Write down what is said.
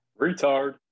retard